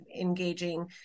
engaging